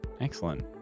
Excellent